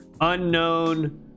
Unknown